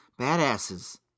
badasses